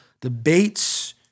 debates